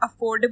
affordable